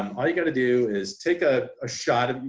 all you got to do is take a ah shot